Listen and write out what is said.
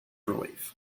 relief